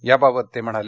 याबाबत ते म्हणाले